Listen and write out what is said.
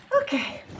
Okay